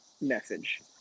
message